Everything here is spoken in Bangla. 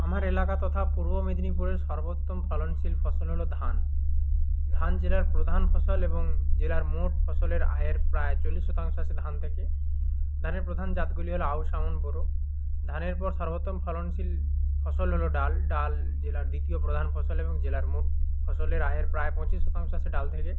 আমার এলাকা তথা পূর্ব মেদিনীপুরের সর্বোত্তম ফলনশীল ফসল হলো ধান ধান জেলার প্রধান ফসল এবং জেলার মোট ফসলের আয়ের প্রায় চল্লিশ শতাংশ আসে ধান থেকে ধানের প্রধান জাতগুলি হলো আউস আমন বোরো ধানের পর সর্বোত্তম ফলনশীল ফসল হলো ডাল ডাল জেলার দ্বিতীয় প্রধান ফসল এবং জেলার মোট ফসলের আয়ের প্রায় পঁচিশ শতাংশ আসে ডাল থেকে